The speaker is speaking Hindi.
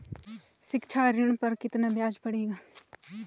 शिक्षा ऋण पर कितना ब्याज पड़ेगा?